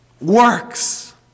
works